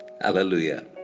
Hallelujah